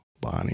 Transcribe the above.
Bonnie